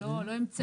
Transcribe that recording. לא המצאנו.